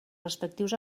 respectius